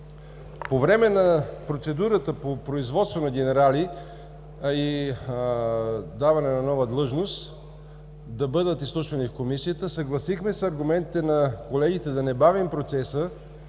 по време на процедурата по производство на генерали и даване на нова длъжност да бъдат изслушвани в Комисията. Съгласихме се с аргументите на колегите да не бавим процеса,